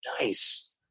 nice